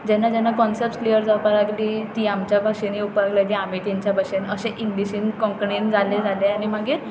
जेन्ना जेन्ना concepts clear जावपाक लागली ती आमच्या भशेन येवपाक लागली आमी तांच्या भशेन अशें इंग्लिशीन कोंकणीन जालें आनी मागीर